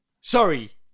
Sorry